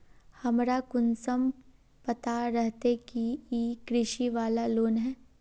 हमरा कुंसम पता रहते की इ कृषि वाला लोन है?